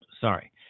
Sorry